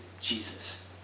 Jesus